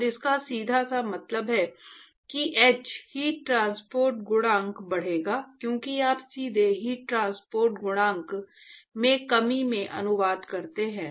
और इसका सीधा सा मतलब है कि h हीट ट्रांसपोर्ट गुणांक बढ़ेगा क्योंकि आप सीधे हीट ट्रांसपोर्ट गुणांक में कमी में अनुवाद करते हैं